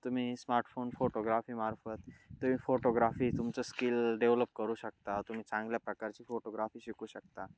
तुम्ही स्मार्टफोन फोटोग्राफीमार्फत तुम्ही फोटोग्राफी तुमचं स्किल डेव्हलप करू शकता तुम्ही चांगल्या प्रकारची फोटोग्राफी शिकू शकता